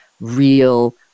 real